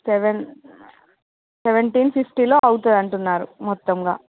seven seventeen ఫిఫ్టీలో అవుతుంది అంటున్నారు మొత్తంగా